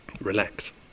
Relax